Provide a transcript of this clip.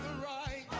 rhi